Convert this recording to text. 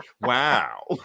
wow